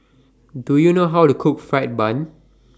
Do YOU know How to Cook Fried Bun